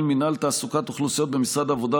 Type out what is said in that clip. מינהל תעסוקת אוכלוסיות במשרד העבודה,